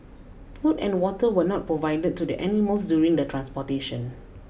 food and water were not provided to the animals during the transportation